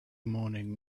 morning